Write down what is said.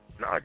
No